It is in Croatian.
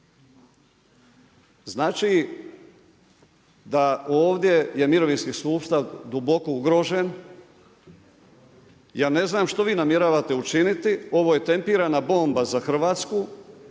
Znači, da ovdje je mirovinski sustav duboko ugrožen, ja ne znam što vi namjeravate učiniti, ovo je tempirana bomba za Hrvatsku